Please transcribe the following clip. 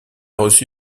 reçu